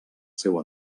seu